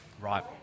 Right